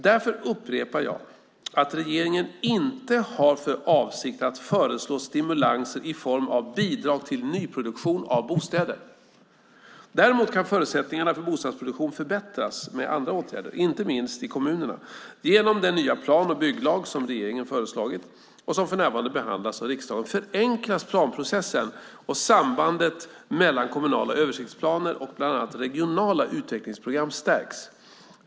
Därför upprepar jag att regeringen inte har för avsikt att föreslå stimulanser i form av bidrag till nyproduktion av bostäder. Däremot kan förutsättningarna för bostadsproduktion förbättras med andra åtgärder, inte minst i kommunerna. Genom den nya plan och bygglag som regeringen föreslagit och som för närvarande behandlas av riksdagen förenklas planprocessen, och sambandet mellan kommunala översiktsplaner och bland annat regionala utvecklingsprogram stärks.